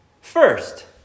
first